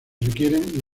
requieren